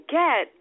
get